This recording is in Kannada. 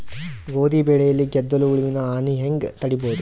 ಗೋಧಿ ಬೆಳೆಯಲ್ಲಿ ಗೆದ್ದಲು ಹುಳುವಿನ ಹಾನಿ ಹೆಂಗ ತಡೆಬಹುದು?